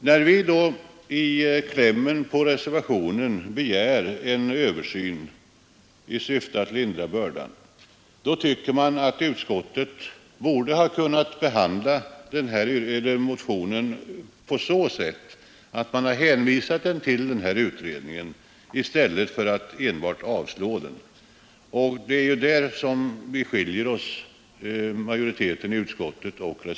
I reservationens kläm hemställer vi att riksdagen med bifall till motionen 854 skall begära en översyn i syfte att lindra bördan för de berörda aktieägarna, och man tycker att utskottet borde ha kunnat hänvisa den motionen till utredningen i stället för att enbart avstyrka den. Det är där som vi reservanter skiljer oss från majoriteten i utskottet.